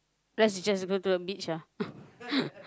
let's just go to the beach ah